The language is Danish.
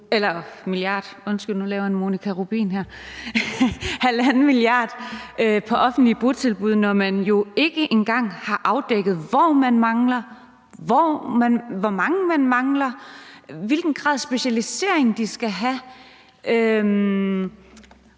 bruger 1,5 mia. kr. på offentlige botilbud, når man ikke engang har afdækket, hvor mange man mangler, hvor man mangler dem, og hvilken grad af specialisering de skal have,